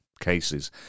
cases